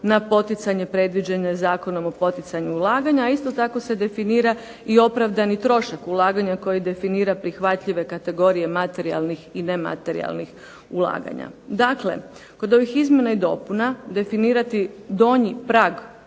na poticanje predviđeno Zakonom o poticanju ulaganja, a isto tako se definira i opravdani trošak ulaganja koji definira prihvatljive kategorije materijalnih i nematerijalnih ulaganja. Dakle, kod ovih izmjena i dopuna definirati donji prag ulaganja.